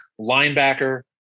linebacker